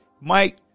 Mike